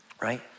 right